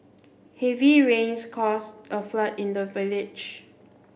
heavy rains caused a flood in the village